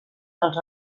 dels